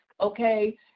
okay